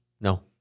No